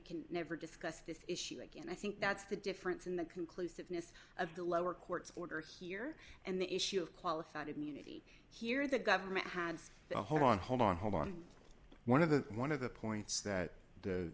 can never discuss this issue again i think that's the difference in the conclusiveness of the lower court's orders here and the issue of qualified immunity here the government had a hold on hold on hold on one of the one of the points that the